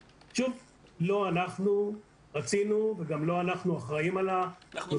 לא אנחנו רצינו וגם לא אנחנו אחראים על הנושא